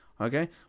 okay